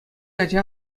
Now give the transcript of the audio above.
ача